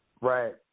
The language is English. Right